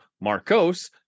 Marcos